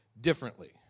differently